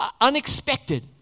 unexpected